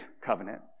covenant